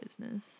business